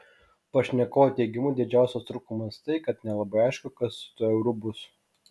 pašnekovo teigimu didžiausias trūkumas tai kad nelabai aišku kas su tuo euru bus